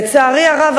לצערי הרב,